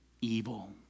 evil